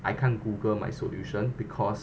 I can't google my solution because